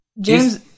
james